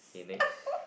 okay next